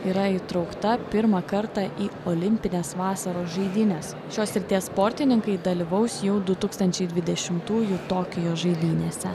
yra įtraukta pirmą kartą į olimpines vasaros žaidynes šios srities sportininkai dalyvaus jau du tūkstančiai dvidešimtųjų tokijo žaidynėse